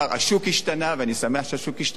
השוק השתנה, ואני שמח שהשוק השתנה.